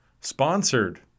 sponsored